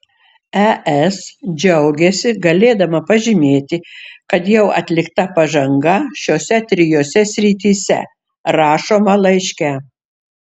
es džiaugiasi galėdama pažymėti kad jau atlikta pažanga šiose trijose srityse rašoma laiške